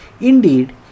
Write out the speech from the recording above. Indeed